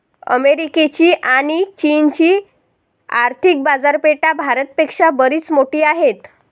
अमेरिकेची आणी चीनची आर्थिक बाजारपेठा भारत पेक्षा बरीच मोठी आहेत